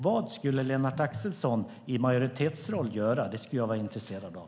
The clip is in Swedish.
Vad skulle Lennart Axelsson göra i majoritetsroll? Det skulle jag vara intresserad av.